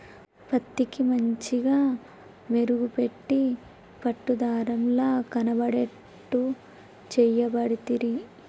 పత్తికి మంచిగ మెరుగు పెట్టి పట్టు దారం ల కనబడేట్టు చేయబడితిరి